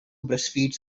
breastfeeds